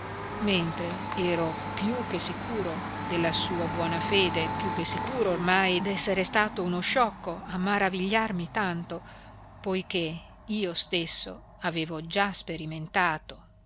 mentre ero più che sicuro della sua buona fede più che sicuro ormai d'essere stato uno sciocco a maravigliarmi tanto poiché io stesso avevo già sperimentato